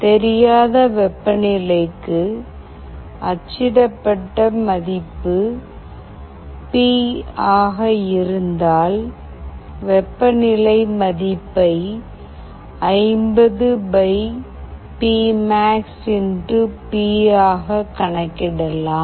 தெரியாத வெப்பநிலைக்கு அச்சிடப்பட்ட மதிப்பு பி ஆக இருந்தால் வெப்பநிலை மதிப்பை 50 பி மேக்ஸ்பி P maxP ஆக கணக்கிடலாம்